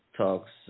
talks